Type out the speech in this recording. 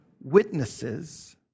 witnesses